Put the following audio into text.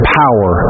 power